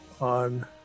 on